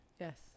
yes